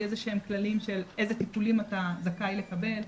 איזה שהם כללים של איזה טיפולים אתה זכאי לטפל,